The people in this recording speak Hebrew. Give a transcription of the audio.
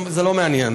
זה לא מעניין.